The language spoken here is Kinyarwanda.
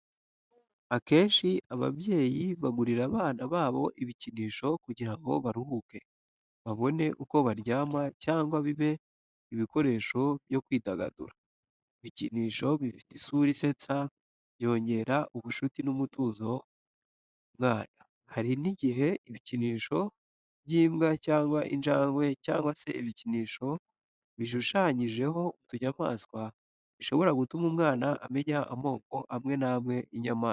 Akenshi ababyeyi bagurira abana babo ibikinisho kugira ngo baruhuke, babone uko baryama, cyangwa bibe ibikoresho byo kwidagadura. Ibikinisho bifite isura isetsa, byongera ubushuti n’umutuzo ku mwana. Hari n’igihe ibikinisho by’imbwa cyangwa injangwe cyangwa se ibikinisho bishushanyijeho utunyamaswa bishobora gutuma umwana amenya amoko amwe n'amwe y'inyamaswa.